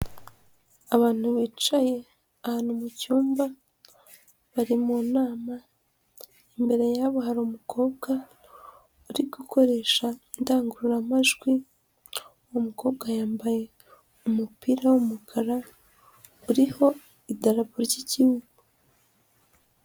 Abantu bicaye ahantu mu cyumba bari mu nama, imbere yabo hari umukobwa uri gukoresha indangururamajwi, uwo mukobwa yambaye umupira w'umukara uriho idarapo ry'igihugu.